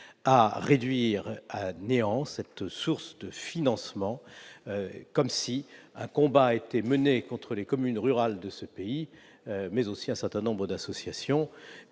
à réduire à néant cette source de financement, comme si un combat était mené contre les communes rurales de ce pays, mais aussi contre un certain nombre d'associations,